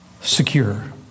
secure